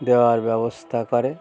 দেওয়ার ব্যবস্থা করে